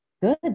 Good